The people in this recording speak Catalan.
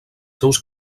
seus